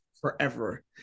forever